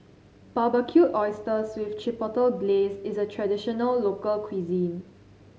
Barbecued Oysters with Chipotle Glaze is a traditional local cuisine